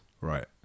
right